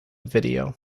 video